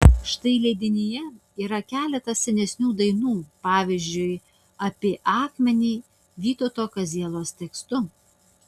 štai leidinyje yra keletas senesnių dainų pavyzdžiui apie akmenį vytauto kazielos tekstu